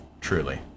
Truly